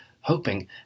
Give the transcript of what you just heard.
hoping